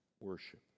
worship